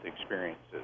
experiences